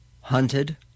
hunted